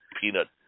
peanut